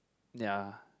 ya